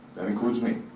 that includes me.